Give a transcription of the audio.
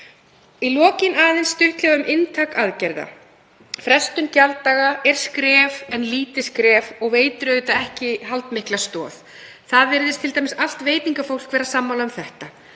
Aðeins stuttlega um inntak aðgerða: Frestun gjalddaga er skref en lítið skref og veitir ekki haldmikla stoð. Það virðist t.d. allt veitingafólk vera sammála um það.